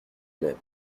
même